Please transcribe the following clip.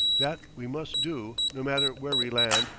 that we must do, no matter where we land,